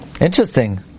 Interesting